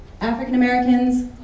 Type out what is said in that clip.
African-Americans